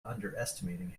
underestimating